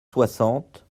soixante